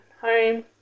home